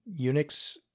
Unix